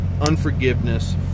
unforgiveness